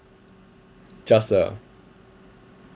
just a